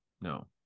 No